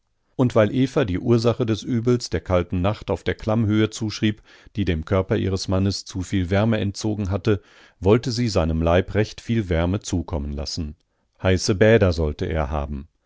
und weil eva die ursache des übels der kalten nacht auf der klammhöhe zuschrieb die dem körper ihres mannes zu viel wärme entzogen hatte wollte sie seinem leib recht viel wärme zukommen lassen heiße bäder sollte er haben